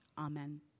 Amen